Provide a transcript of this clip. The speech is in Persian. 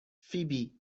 فیبی